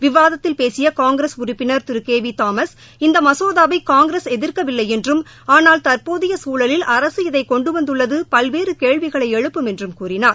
விவாதத்தில் பேசிய காங்கிரஸ் உறுப்பினர் திரு கே வி தாமஸ் இந்த மசேதாவை காங்கிரஸ் எதிர்க்கவில்லை என்றும் ஆனால் தற்போதைய சூழலில் அரசு இதை கொண்டு வந்துள்ளது பல்வேறு கேள்விகளை எழுப்பும் என்றும் கூறினார்